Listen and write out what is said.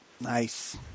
Nice